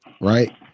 right